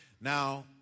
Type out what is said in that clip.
Now